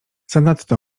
zanadto